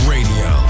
Radio